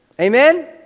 Amen